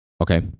Okay